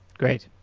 great.